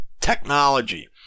technology